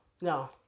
No